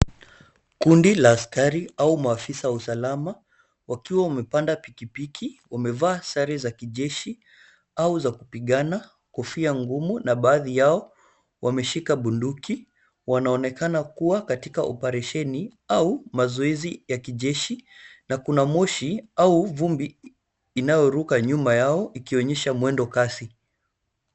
Kundi la askari au maafisa wa usalama wakiwa wamepanda pikipiki. Wamevaa sare za kijeshi au za kupigana na kofia ngumu, na baadhi yao wameshika bunduki wanaonekana kuwa oparesheni au mazoezi ya kijeshi na kuna moshi au vumbi inayoruka nyuma yao yakionyesha mwendo kasi.